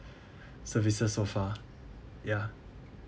services so far ya